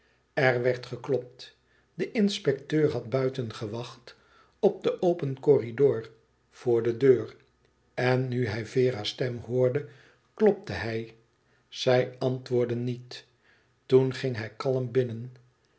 er werd geklopt de inspecteur had buiten gewacht op den open corridor voor de deur en nu hij vera's stem hoorde klopte hij zij antwoordde niet toen ging hij kalm binnen